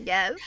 Yes